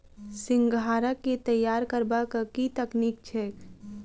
सिंघाड़ा केँ तैयार करबाक की तकनीक छैक?